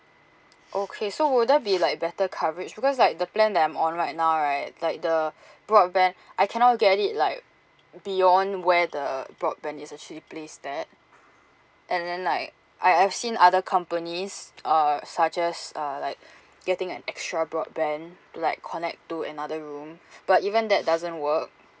okay so would that be like better coverage because like the plan that I'm on right now right like the broadband I cannot get it like beyond where the broadband is actually placed at and then like I I've seen other companies uh suggest uh like getting an extra broadband to like connect to another room but even that doesn't work